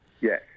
Yes